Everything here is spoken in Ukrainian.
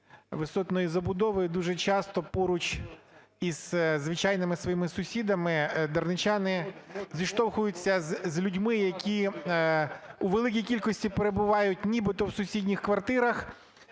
висотної забудови і дуже часто поруч із звичайними своїми сусідами дарничани зіштовхуються з людьми, які у великій кількості перебувають нібито в сусідніх квартирах,